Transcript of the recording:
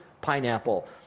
pineapple